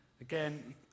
Again